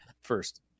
First